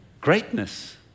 Greatness